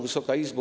Wysoka Izbo!